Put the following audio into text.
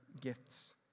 gifts